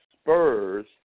spurs